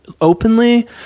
openly